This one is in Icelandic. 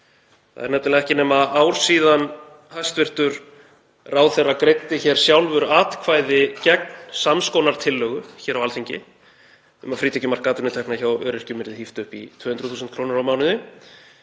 það er nefnilega ekki nema ár síðan hæstv. ráðherra greiddi hér sjálfur atkvæði gegn sams konar tillögu hér á Alþingi um að frítekjumark atvinnutekna hjá öryrkjum yrði híft upp í 200.000 kr. á mánuði.